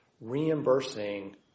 reimbursing